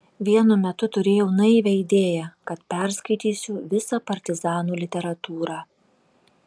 vienu metu turėjau naivią idėją kad perskaitysiu visą partizanų literatūrą